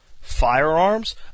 Firearms